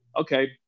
okay